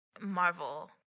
Marvel